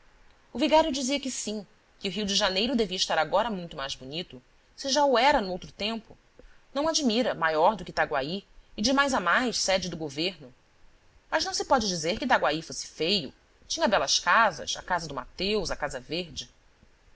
o vigário dizia que sim que o rio de janeiro devia estar agora muito mais bonito se já o era noutro tempo não admira maior do que itaguaí e demais sede do governo mas não se pode dizer que itaguaí fosse feio tinha belas casas a casa do mateus a casa verde